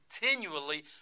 continually